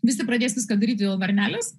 visi pradės viską daryti dėl varnelės